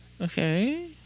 Okay